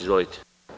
Izvolite.